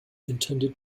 intended